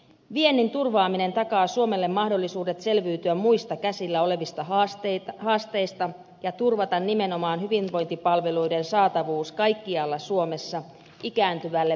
viennin turvaaminen takaa suomelle mahdollisuudet selviytyä muista käsillä olevista haasteista ja turvata nimenomaan hyvinvointipalveluiden saatavuus kaikkialla suomessa ikääntyvälle väestöllemme